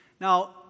Now